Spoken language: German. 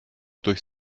durch